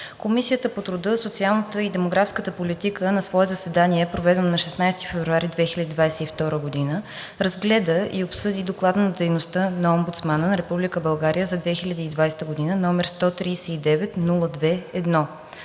Комисията по труда, социалната и демографската политика на свое заседание, проведено на 16 февруари 2022 г., разгледа и обсъди Доклада за дейността на Омбудсмана на Република България за 2020 г., № 139-02-1.